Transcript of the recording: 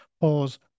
pause